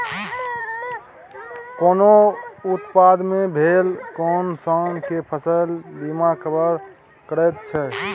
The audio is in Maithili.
कोनो आपदा मे भेल नोकसान केँ फसल बीमा कवर करैत छै